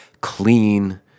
clean